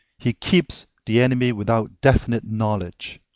he keeps the enemy without definite knowledge.